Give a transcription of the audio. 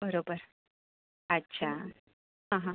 बरोबर अच्छा हां हां